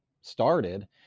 started